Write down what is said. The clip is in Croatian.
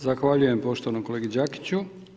Zahvaljujem poštovanom kolegi Đakiću.